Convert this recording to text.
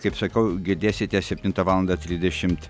kaip sakau girdėsite septintą valandą trisdešimt